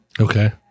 Okay